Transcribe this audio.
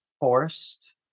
forced